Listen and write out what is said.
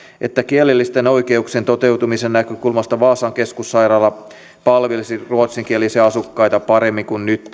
että kielellisten oikeuksien toteutumisen näkökulmasta vaasan keskussairaala palvelisi ruotsinkielisiä asukkaita paremmin kuin nyt